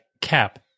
Cap